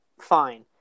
fine